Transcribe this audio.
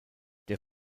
der